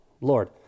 Lord